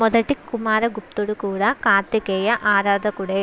మొదటి కుమారగుప్తుడు కూడా కార్తికేయ ఆరాధకుడే